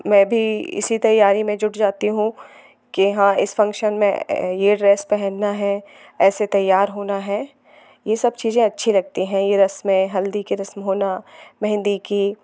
मैं भी इसी तैयारी में जुट जाती हूँ कि हाँ इस फ़ंक्शन में ये ड्रेस पहनना है ऐसे तैयार होना है ये सब चीज़ें अच्छी लगती हैं ये रस्में हल्दी के रस्म होना मेहंदी की